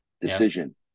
decision